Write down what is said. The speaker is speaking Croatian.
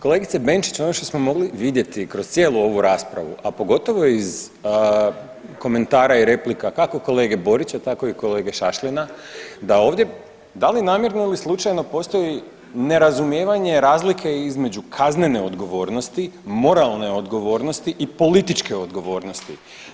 Kolegice Benčić ono što smo mogli vidjeti kroz cijelu ovu raspravu, a pogotovo iz komentara i replika kako kolege Borića tako i kolege Šašlina da ovdje, da li namjerno ili slučajno postoji nerazumijevanje i razlike između kaznene odgovornosti, moralne odgovornosti i političke odgovornosti.